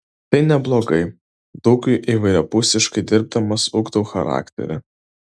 tai neblogai daug ir įvairiapusiškai dirbdamas ugdau charakterį